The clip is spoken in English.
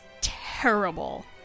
terrible